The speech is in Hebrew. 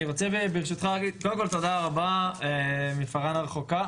קודם כל, תודה רבה מפארן הרחוקה.